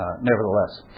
nevertheless